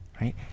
right